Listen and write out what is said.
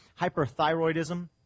Hyperthyroidism